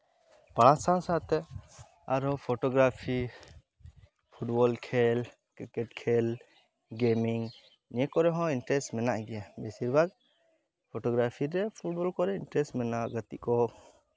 ᱯᱟᱥ ᱥᱟᱶ ᱥᱟᱶᱛᱮ ᱟᱨᱚ ᱯᱷᱳᱴᱳ ᱜᱨᱟᱯᱷᱤ ᱯᱷᱩᱴᱵᱚᱞ ᱠᱷᱮᱞ ᱠᱤᱨᱠᱮᱴ ᱠᱷᱮᱞ ᱜᱮᱢᱤᱝ ᱱᱤᱭᱟᱹ ᱠᱚᱨᱮᱫ ᱦᱚᱸ ᱤᱱᱴᱟᱨᱮᱥᱴ ᱢᱮᱱᱟᱜ ᱜᱮᱭᱟ ᱵᱮᱥᱤᱨ ᱵᱷᱟᱜᱽ ᱯᱷᱳᱴᱳ ᱜᱨᱟᱯᱷᱤᱨᱮ ᱯᱷᱩᱴᱵᱚᱞ ᱠᱚᱨᱮᱫ ᱤᱱᱴᱟᱨᱮᱥᱴ ᱢᱮᱱᱟᱜᱼᱟ ᱜᱟᱛᱮᱜ ᱠᱚ